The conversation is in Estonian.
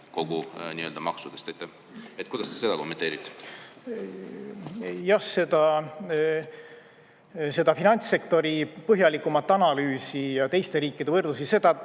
kogu maksudest. Kuidas sa seda kommenteerid? Jah, seda finantssektori põhjalikumat analüüsi ja teiste riikide võrdlusi te